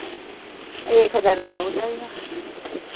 एक हज़ार का हो जाएगा